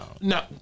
No